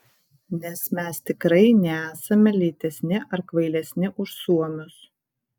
nes mes tikrai nesame lėtesni ar kvailesni už suomius